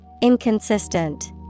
Inconsistent